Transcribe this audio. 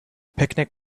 picnic